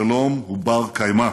השלום הוא בר-קיימא.